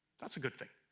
that's a good thing